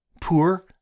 Poor